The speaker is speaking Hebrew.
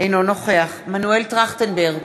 אינו נוכח מנואל טרכטנברג,